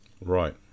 Right